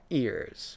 ears